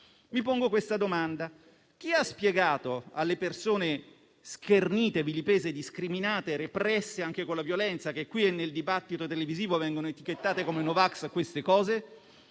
Mi pongo la seguente domanda. Chi ha spiegato queste cose alle persone schernite, vilipese, discriminate e represse anche con la violenza, che qui e nel dibattito televisivo vengono etichettate come no vax?